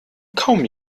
kaum